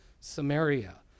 Samaria